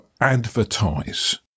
advertise